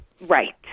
Right